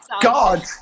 god